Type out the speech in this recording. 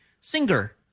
singer